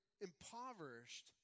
impoverished